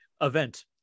event